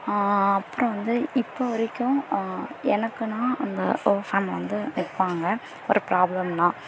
அப்புறம் வந்து இப்போ வரைக்கும் எனக்குனால் அந்த ஓ ஃபேம் வந்து நிற்பாங்க ஒரு ப்ராப்ளன்னால்